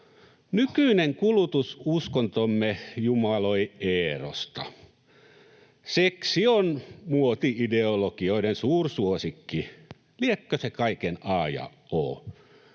Nykyinen kulutususkontomme jumaloi erosta. Seksi on muoti-ideologioiden suursuosikki, liekö se kaiken a ja o?